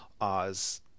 oz